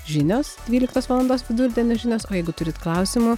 žinios dvyliktos valandos vidurdienio žinios o jeigu turit klausimų